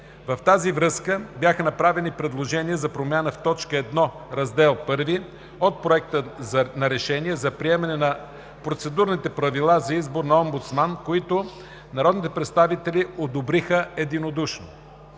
В тази връзка бяха направени предложения за промяна в т. 1, раздел I от Проекта на решението за приемане на Процедурните правила за избор на омбудсман, които народните представители одобриха единодушно.